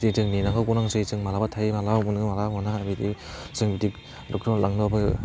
जे जों नेनांगौ गोनां जायो जों मालाबा थायो माब्लाबा मोनो मालाबा मोना बिदि जों बिदि डक्टरनाव लांनोबो